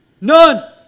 None